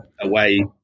away